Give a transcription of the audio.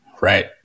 right